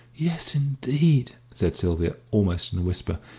yes, indeed! said sylvia, almost in a whisper,